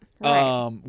right